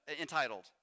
entitled